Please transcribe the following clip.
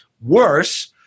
Worse